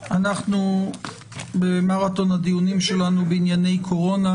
אנחנו במרתון הדיונים שלנו בענייני קורונה,